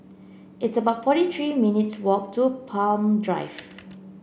it's about forty three minutes' walk to Palm Drive